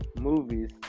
movies